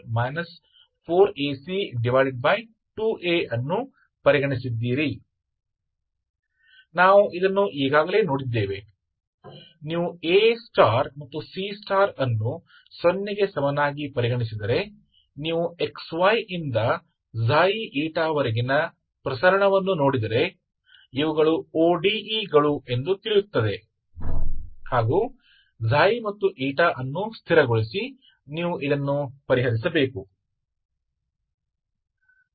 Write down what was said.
तो यह आपका डोमेन है इसलिए प्रत्येकxy इस डोमेन के लिए यह समीकरण हाइपरबोलिक समीकरण है इसलिए यह स्पष्ट है कि हम डिस्क्रिमिनेंट को देखकर निष्कर्ष निकाल सकते हैं